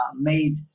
made